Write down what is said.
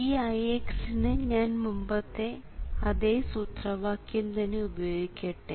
ഈ Ix ന് ഞാൻ മുമ്പത്തെ അതേ സൂത്രവാക്യം തന്നെ ഉപയോഗിക്കട്ടെ